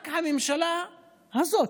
רק הממשלה הזאת,